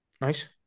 nice